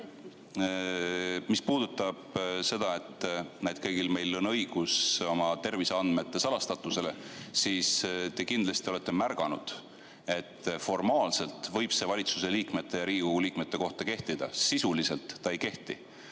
Mis puudutab seda, et kõigil meil on õigus oma terviseandmete salastatusele, siis te kindlasti olete märganud, et formaalselt võib see valitsuse ja Riigikogu liikmete kohta kehtida, aga sisuliselt ei kehti.